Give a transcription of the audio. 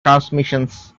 transmissions